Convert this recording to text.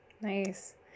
Nice